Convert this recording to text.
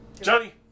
Johnny